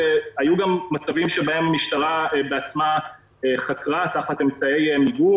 היו גם מצבים שבהם המשטרה בעצמה חקרה תחת אמצעי מיגון